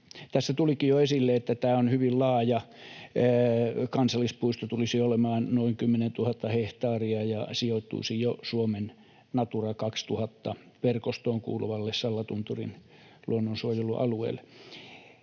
Tässä tulikin jo esille, että tämä on hyvin laaja kansallispuisto. Se tulisi olemaan noin 10 000 hehtaaria ja sijoittuisi jo Suomen Natura 2000 ‑verkostoon kuuluvalle Sallatunturin luonnonsuojelualueelle.